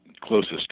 closest